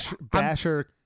Basher